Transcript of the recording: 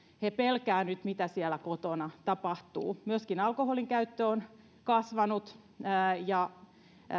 he pelkäävät nyt mitä siellä kotona tapahtuu myöskin alkoholinkäyttö ja